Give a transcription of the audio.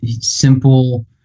simple